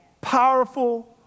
powerful